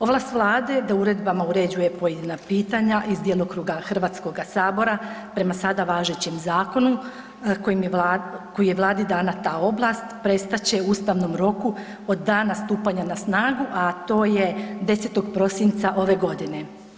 Ovlast Vlade da uredbama uređuje pojedina pitanja iz djelokruga HS-a prema sada važećem zakonu koji je Vladi dana ta ovlast, prestat će u ustavnom roku od dana stupanja na snagu, a to je 10. prosinca ove godine.